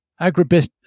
agribusiness